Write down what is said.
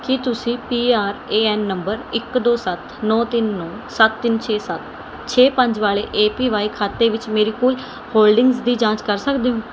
ਕੀ ਤੁਸੀਂ P R A N number ਇੱਕ ਦੋ ਸੱਤ ਨੌ ਤਿੰਨ ਨੌ ਸੱਤ ਤਿੰਨ ਛੇ ਸੱਤ ਛੇ ਪੰਜ ਵਾਲੇ ਏ ਪੀ ਵਾਈ ਖਾਤੇ ਵਿੱਚ ਮੇਰੀ ਕੁੱਲ ਹੋਲਡਿੰਗਜ਼ ਦੀ ਜਾਂਚ ਕਰ ਸਕਦੇ ਹੋ